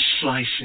slicing